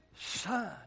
son